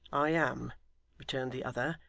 i am returned the other,